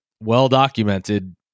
well-documented